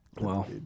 Wow